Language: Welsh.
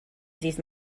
ddydd